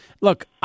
look